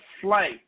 flight